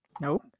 Nope